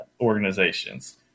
organizations